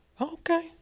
Okay